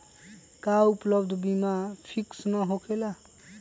का उपलब्ध बीमा फिक्स न होकेला?